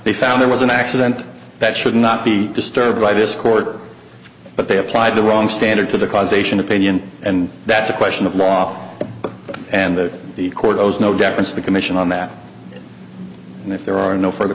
they found it was an accident that should not be disturbed by this court but they applied the wrong standard to the causation opinion and that's a question of law and that the court owes no deference to the commission on that and if there are no furthe